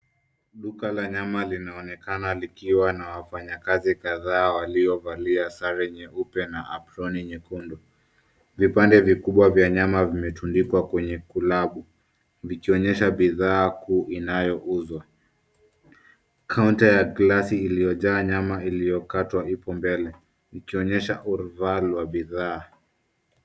Duka la nyama linaonekana likiwa na wafanyakazi kadhaa waliovalia sare nyeupe na aproni nyekundu. Vipande vikubwa vya nyama vimetundikwa kwenye kulabu vikionyesha bidhaa kuu inayouzwa. Kaunta ya glasi iliyojaa nyama illiyokatwa ipo mbele ikionyesha urval wa bidhaa.